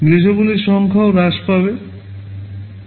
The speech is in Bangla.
নির্দেশাবলীর সংখ্যাও হ্রাস পায়